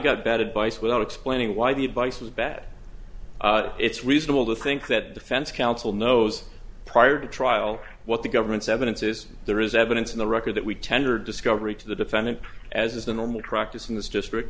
got bad advice without explaining why the advice is bad it's reasonable to think that defense counsel knows prior to trial what the government's evidence is there is evidence in the record that we tendered discovery to the defendant as is the normal practice in this district